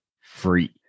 free